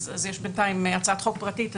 אז יש בינתיים הצעת חוק פרטית.